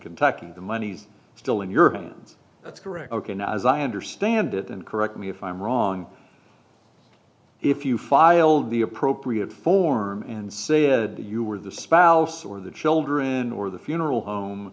kentucky the money's still in your hands that's correct ok now as i understand it and correct me if i'm wrong if you filed the appropriate form and say if you were the spouse or the children or the funeral home